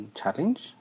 challenge